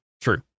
true